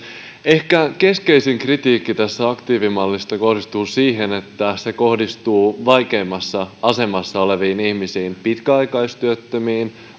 ehkä keskeisin kritiikki tästä aktiivimallista kohdistuu siihen että se kohdistuu vaikeimmassa asemassa oleviin ihmisiin pitkäaikaistyöttömiin